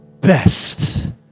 best